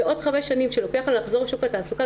ועוד חמש שנים שלוקח לה לחזור לשוק התעסוקה,